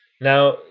Now